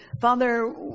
Father